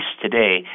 today